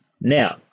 Now